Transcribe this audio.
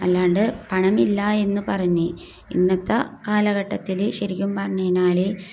അല്ലാണ്ട് പണമില്ല എന്നു പറഞ്ഞ് ഇന്നത്തെ കാലഘട്ടത്തിൽ ശരിക്കും പറഞ്ഞു കഴിഞ്ഞാൽ